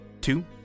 two